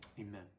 amen